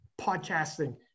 podcasting